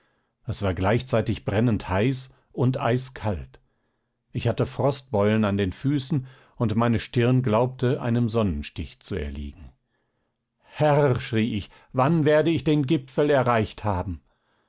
es war gleichzeitig brennend heiß und eiskalt ich hatte frostbeulen an den füßen und meine stirn glaubte einem sonnenstich zu erliegen herr schrie ich wann werde ich den gipfel erreicht haben